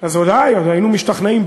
אז אולי היינו משתכנעים.